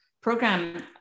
program